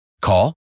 Call